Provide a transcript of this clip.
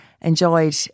enjoyed